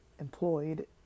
employed